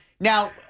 Now